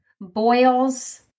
boils